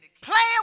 Playing